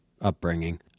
upbringing